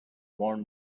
porn